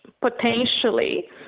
potentially